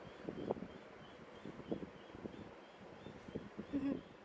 mmhmm